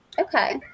okay